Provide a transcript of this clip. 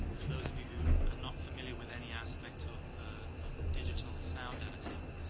for those of you who are not familiar with any aspect of of digital sound editing.